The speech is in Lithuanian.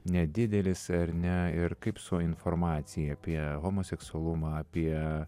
nedidelis ar ne ir kaip su informacija apie homoseksualumą apie